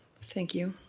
thank you.